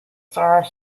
star